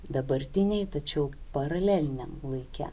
dabartinėj tačiau paraleliniam laike